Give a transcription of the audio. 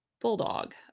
bulldog